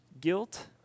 Guilt